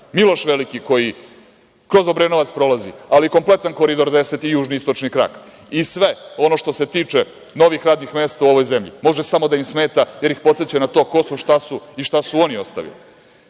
Miloš Veliki koji kroz Obrenovac prolazi, ali i kompletan Koridor 10 i južni i istočni krak i sve ono što se tiče novih radnih mesta u ovoj zemlji, može samo da im smeta jer ih podseća na to ko su, šta su i šta su oni ostavili.A,